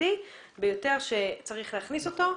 המשמעותי ביותר שצריך להכניס אותו.